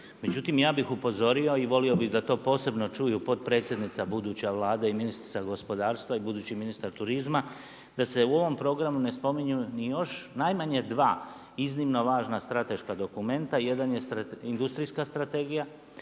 Međutim, ja bih upozorio i volio bi da to posebno čuju potpredsjednica buduća Vlade i ministrica gospodarstva i budući ministar turizma da se u ovom programu ne spominju ni još najmanje dva iznimno važna strateška dokumenta. Jedan je Industrijska strategija